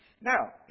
Now